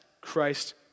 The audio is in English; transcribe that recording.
Christ